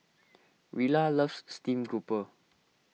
Rilla loves Steamed Grouper